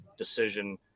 decision